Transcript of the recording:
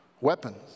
weapons